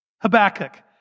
Habakkuk